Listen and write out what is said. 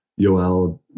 Yoel